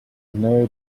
new